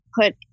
put